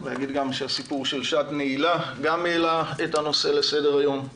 צריך להגיד שהסיפור גם של 'שעת נעילה' גם העלה את הנושא לסדר היום.